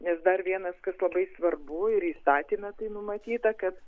nes dar vienas kas labai svarbu ir įstatyme tai numatyta kad